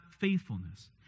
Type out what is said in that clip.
faithfulness